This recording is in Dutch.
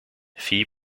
vier